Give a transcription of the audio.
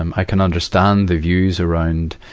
um i can understand the views around,